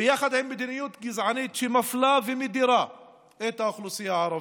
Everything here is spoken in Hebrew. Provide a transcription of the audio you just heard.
ביחד עם מדיניות גזענית שמפלה ומדירה את האוכלוסייה הערבית.